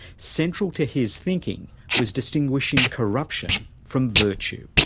central to his thinking was distinguishing corruption from virtue.